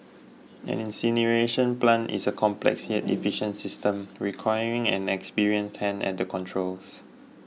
an incineration plant is a complex yet efficient system requiring an experienced hand at the controls